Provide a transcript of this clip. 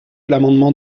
l’amendement